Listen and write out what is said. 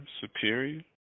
superior